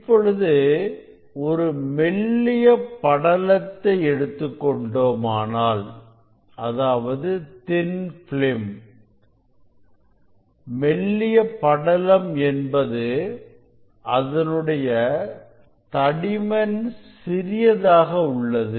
இப்பொழுது ஒரு மெல்லிய படலத்தை எடுத்துக் கொண்டோமானால் மெல்லிய படலம் என்பது அதனுடைய தடிமன் சிறியதாக உள்ளது